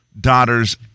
daughters